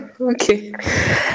okay